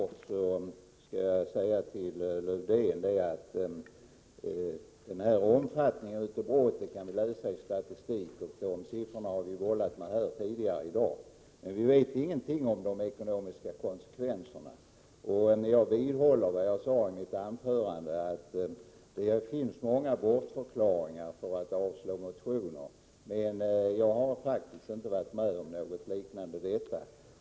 Fru talman! Kortfattat skulle jag vilja säga till Lars-Erik Lövdén att brottslighetens omfattning kan vi läsa oss till av statistiken. De siffrorna har vi bollat med tidigare här i dag. Vi vet emellertid ingenting om de ekonomiska konsekvenserna. Jag vidhåller vad jag sade i mitt anförande om att det finns många bortförklaringar när det gäller att avslå motioner. Jag har emellertid inte varit med om något som liknar detta.